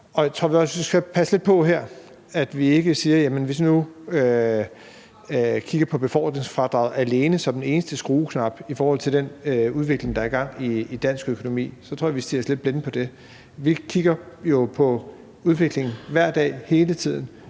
Jeg tror også, at vi skal passe lidt på her. Hvis vi nu kigger på befordringsfradraget alene som den eneste knap, der kan skrues på, i forhold til den udvikling, der er i gang i dansk økonomi, så tror jeg vi stirrer os lidt blinde på det. Vi kigger jo på udviklingen hver dag hele tiden